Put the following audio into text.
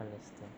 understand